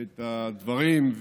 את הדברים,